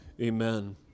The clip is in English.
Amen